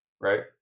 right